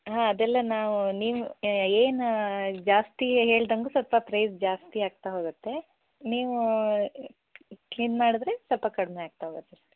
ಹಾಂ ಅದೆಲ್ಲ ನಾವು ನೀವು ಏನು ಜಾಸ್ತಿ ಹೇಳ್ದಂಗು ಸ್ವಲ್ಪ ಪ್ರೈಸ್ ಜಾಸ್ತಿ ಆಗ್ತಾ ಹೋಗುತ್ತೆ ನೀವು ಕಿನ್ ಮಾಡಿದರೆ ಸ್ವಲ್ಪ ಕಡಿಮೆ ಆಗ್ತಾ ಹೋಗತ್ತೆ